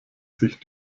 sich